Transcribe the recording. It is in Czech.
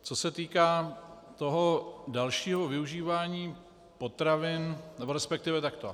Co se týká toho dalšího využívání potravin, nebo resp. takhle.